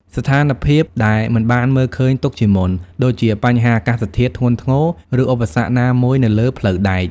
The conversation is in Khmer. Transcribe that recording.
ស្ថានភាពដែលមិនបានមើលឃើញទុកជាមុន ដូចជាបញ្ហាអាកាសធាតុធ្ងន់ធ្ងរ ឬឧបសគ្គណាមួយនៅលើផ្លូវដែក។